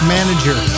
Manager